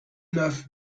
neuf